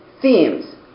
themes